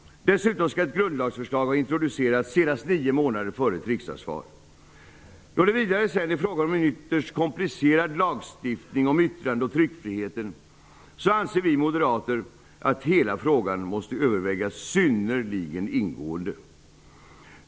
Dessutom skall ett grundlagsförslag ha introducerats senast 9 månader före ett riksdagsval. Då det vidare är fråga om en ytterst komplicerad lagstiftning om yttrande och tryckfriheten anser vi moderater att hela frågan måste övervägas synnerligen ingående.